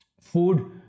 food